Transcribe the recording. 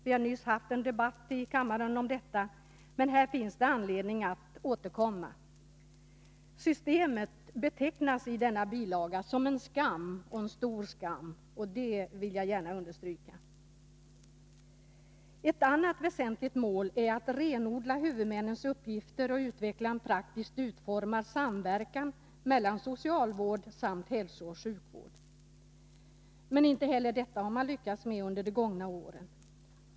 Vi har nyss haft en debatt i kammaren om detta, men här finns det anledning att återkomma. Ett annat väsentligt mål är att renodla huvudmännens uppgifter och utveckla en praktiskt utformad samverkan mellan socialvård samt hälsooch sjukvård. Men inte heller detta har man lyckats med under de gångna åren.